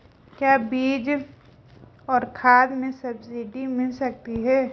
क्या बीज और खाद में सब्सिडी मिल जाती है?